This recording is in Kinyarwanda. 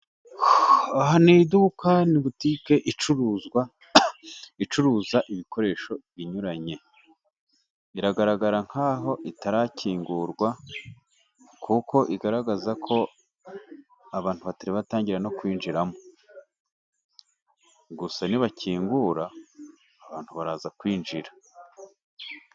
Aha ni iduka ricuruza ibikoresho binyuranye, biragaragara nk'aho itarakingurwa, kuko igaragaza ko abantu batari batangira no kuwinjiramo. Gusa nibakingura, abantu baraza kwinjira.